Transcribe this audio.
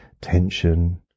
tension